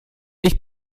ich